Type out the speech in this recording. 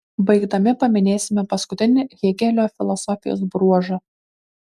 baigdami paminėsime paskutinį hėgelio filosofijos bruožą